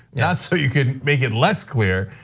yeah so you can make it less clear.